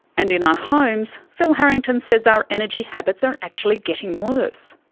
and in our homes, phil harrington says our energy habits are actually getting worse.